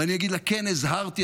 ואני אגיד לה: כן, הזהרתי.